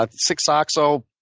ah six oxyl,